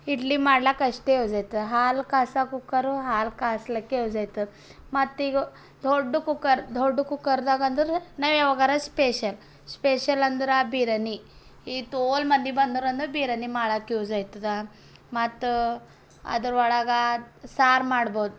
ಇಡ್ಲಿ ಮಾಡ್ಲಕ್ಕ ಎಷ್ಟು ಯೂಸ್ ಇತ್ತು ಹಾಲು ಕಾಯ್ಸೊ ಕುಕ್ಕರು ಹಾಲು ಕಾಸ್ಲಿಕ್ಕ ಯೂಸ್ ಆಯ್ತದ ಮತ್ತೀಗ ದೊಡ್ಡ ಕುಕ್ಕರ್ ದೊಡ್ಡ ಕುಕ್ಕರ್ದಾಗೆಂದ್ರೆ ನಾವು ಯಾವಾಗಾರಾ ಸ್ಪೆಷಲ್ ಸ್ಪೆಷಲ್ ಅಂದ್ರೆ ಬಿರ್ಯಾನಿ ಈ ತೋಲ್ ಮಂದಿ ಬಂದ್ರು ಅಂದ್ರೆ ಬಿರ್ಯಾನಿ ಮಾಡೋಕೆ ಯೂಸ್ ಆಯ್ತದ ಮತ್ತು ಅದರ ಒಳಗೆ ಸಾರು ಮಾಡ್ಬೋದು